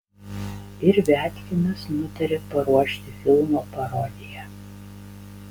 ir viatkinas nutarė paruošti filmo parodiją